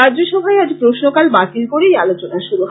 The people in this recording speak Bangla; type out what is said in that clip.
রাজ্যসভায় আজ প্রশ্নকাল বাতিল করে এই আলোচনা শুরু হয়